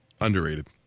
Underrated